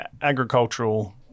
agricultural